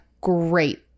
great